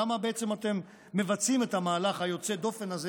למה בעצם אתם מבצעים את המהלך היוצא-דופן הזה